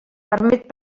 permet